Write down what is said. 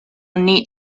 need